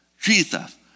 Jesus